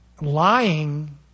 Lying